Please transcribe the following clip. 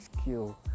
skill